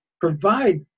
provide